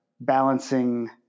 balancing